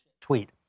tweet